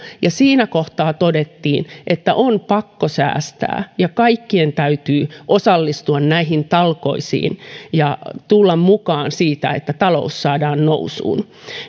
siinä kohtaa todettiin että on pakko säästää ja kaikkien täytyy osallistua näihin talkoisiin ja tulla mukaan siihen että talous saadaan nousuun